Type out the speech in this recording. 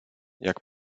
jak